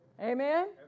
Amen